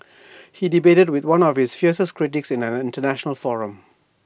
he debated with one of his fiercest critics in an International forum